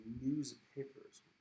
newspapers